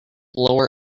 blower